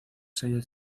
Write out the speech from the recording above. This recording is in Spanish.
sellos